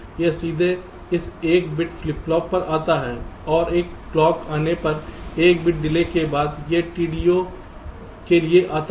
यह सीधे इस 1 बिट फ्लिप फ्लॉप पर आता है और एक क्लॉक आने पर 1 बिट डिले के बाद यह TDO के लिए आता है